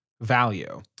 value